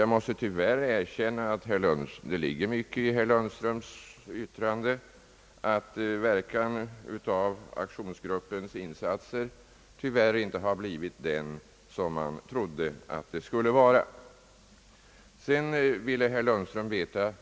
Jag måste tyvärr erkänna, att det ligger mycket i herr Lundströms yttrande att verkan av aktionsgruppens insatser inte hade blivit vad man trodde att de skulle bli. Herr Lundström ville veta